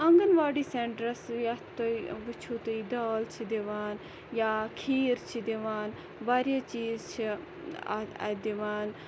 آنٛگَن واڈی centres یَتھ تہۍ وٕچھِو تہۍ دال چھِ دِوان یا کھیٖر چھِ دِوان واریاہ چیٖز چھِ اَتھ اَتہِ دِوان